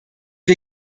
wir